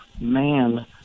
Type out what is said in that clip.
man